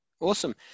awesome